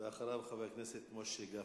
ואחריו, חבר הכנסת משה גפני.